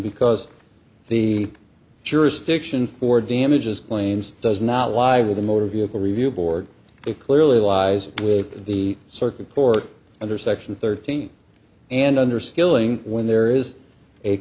because the jurisdiction for damages claims does not lie with a motor vehicle review board it clearly lies with the circuit court under section thirteen and under skilling when there is a